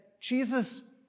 Jesus